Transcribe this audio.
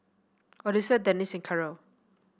Odessa Denice Carole